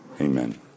Amen